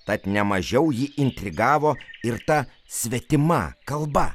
tad ne mažiau jį intrigavo ir ta svetima kalba